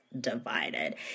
divided